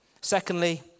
Secondly